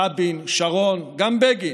רבין, שרון, גם בגין,